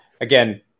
again